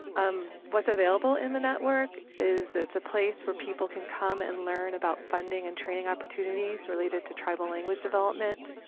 um what's available in the network? it's a place where people can come and learn about funding and training opportunities related to tribal language development.